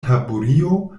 taburio